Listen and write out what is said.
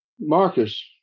marcus